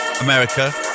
America